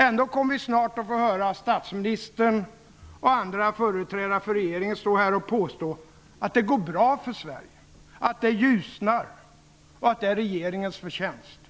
Ändå kommer vi snart att få höra statsministern och andra företrädare för regeringen stå här och påstå att det går bra för Sverige, att det ljusnar och att det är regeringens förtjänst.